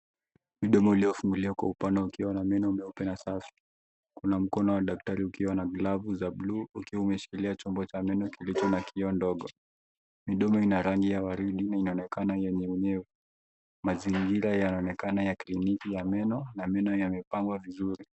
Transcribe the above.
Mdomo uliofunguliwa kwa upana ukiwa na meno unaoonekana safi. Kuna mkono wa daktari ukiwa na glavu za blue , ukiwa umeshikilia chumbo cha meno kilicho na kioo ndogo. Midomo ina rangi ya waridi na inanekana yenye unyevu. Mazingira yanaonekana ya kliniki ya meno na meno yamepangwa vizuri.